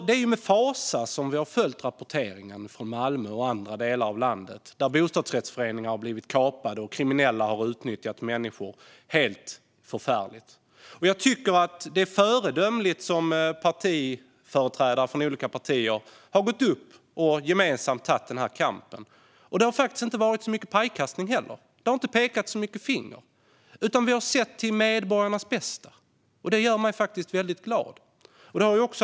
Det är med fasa som vi har följt rapporteringen från Malmö och andra delar av landet där bostadsrättsföreningar har blivit kapade och kriminella har utnyttjat människor på ett helt förfärligt sätt. Jag tycker att det är föredömligt hur företrädare från olika partier gemensamt har tagit den här kampen. Det har faktiskt inte varit så mycket pajkastning heller. Det har inte pekats så mycket finger, utan vi har sett till medborgarnas bästa. Det gör mig väldigt glad.